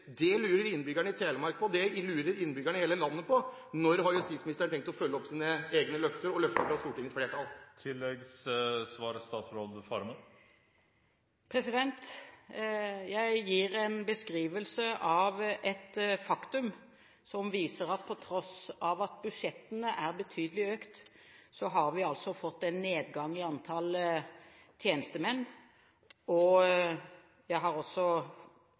Det lurer innbyggerne i Telemark på, og det lurer innbyggerne i hele landet på. Når har justisministeren tenkt å følge opp sine egne løfter og løfter fra Stortingets flertall? Jeg gir en beskrivelse av et faktum som viser at på tross av at budsjettene er betydelig økt, har vi altså fått en nedgang i antall tjenestemenn. Jeg har også